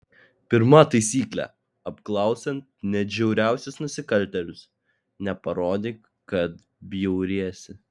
pirma taisyklė apklausiant net žiauriausius nusikaltėlius neparodyk kad bjauriesi